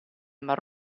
mar